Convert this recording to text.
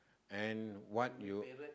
and what you